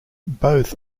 both